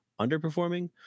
underperforming